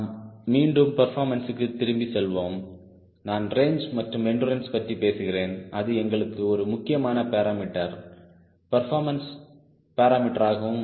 நாம் மீண்டும் பெர்போர்மன்ஸ்க்கு திரும்பிச் செல்வோம்நான் ரேஞ்ச் மற்றும் எண்டுரன்ஸ் பற்றி பேசுகிறேன் அது எங்களுக்கு ஒரு முக்கியமான பேராமீட்டர் பெர்போர்மன்ஸ் பேராமீட்டராகும்